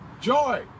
joy